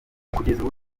ubu